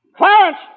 Clarence